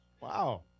Wow